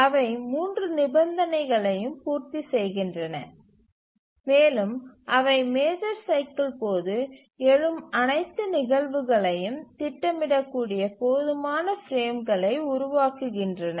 அவை 3 நிபந்தனைகளையும் பூர்த்திசெய்கின்றன மேலும் அவை மேஜர் சைக்கில் போது எழும் அனைத்து நிகழ்வுகளையும் திட்டமிடக்கூடிய போதுமான பிரேம்களை உருவாக்குகின்றன